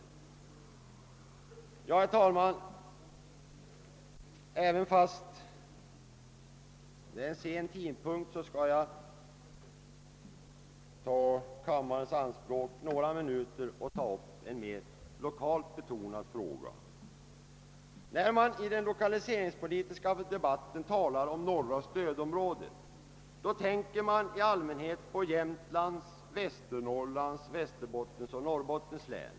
Trots att tidpunkten är sen skall jag ta vtterligare några minuter av kammarens tid i anspråk för att beröra en mer lokalt betonad fråga. När man i den lokaliseringspolitiska debatten talar om norra stödområdet, tänker man i allmänhet på Jämtlands, Västernorrlands, Västerbottens och Norrbottens län.